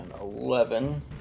eleven